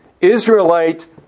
Israelite